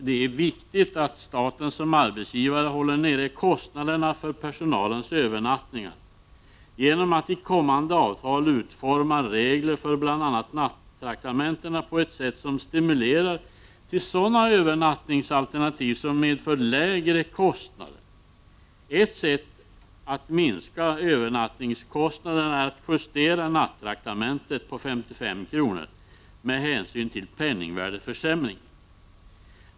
Det är viktigt att staten som arbetsgivare håller nere kostnaderna för personalens övernattningar genom att i kommande avtal utforma regler för bl.a. nattraktamentena på ett sätt som stimulerar till sådana övernattningsalternativ som medför lägre kostnader. Ett sätt att minska övernattningskostnaderna är att justera nattraktamentet på 55 kr. med hänsyn till penningvärdeförsämringen.